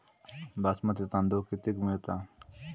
बासमती तांदूळ कितीक मिळता?